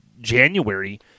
January